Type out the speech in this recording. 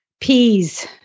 Peas